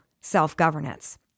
self-governance